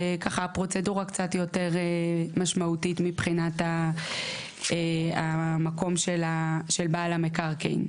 ופרוצדורה קצת יותר משמעותית מבחינת המקום של בעל המקרקעין.